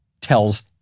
tells